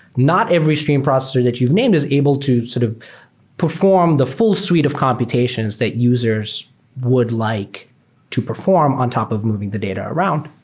not every stream processor you've named is able to sort of perform the full suite of computations that users would like to perform on top of moving the data around.